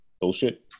bullshit